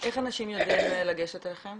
איך אנשים יודעים לגשת אליכם?